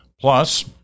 Plus